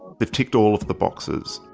they've ticked all of the boxes.